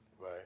Right